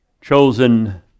chosen